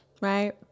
right